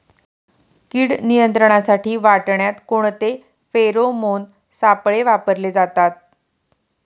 कीड नियंत्रणासाठी वाटाण्यात कोणते फेरोमोन सापळे वापरले जातात?